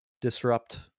disrupt